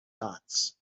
dots